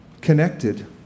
connected